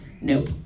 Nope